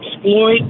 exploit